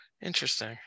Interesting